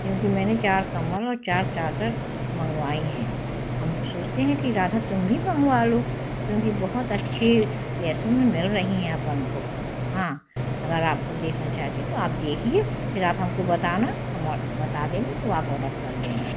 क्योंकि मैंने चार कंबल और चार चादर मंगवाए हैं हम सोचते हैं कि राधा तुम भी मंगवा लो क्योंकि बहुत अच्छे पैसों में मिल रहे हैं अपन को हाँ अगर आपको देखना चाहते तो आप देखिए फिर आप हमको बताना हम बता देंगे तो आप ऑर्डर कर देना